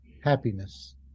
happiness